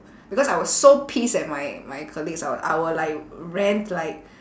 because I was so pissed at my my colleagues I'll I will like rant like